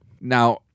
Now